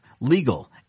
legal